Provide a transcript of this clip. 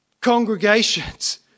congregations